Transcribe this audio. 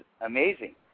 amazing